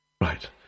Right